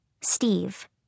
Steve